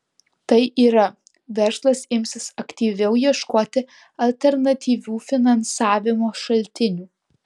tai yra verslas imsis aktyviau ieškoti alternatyvių finansavimo šaltinių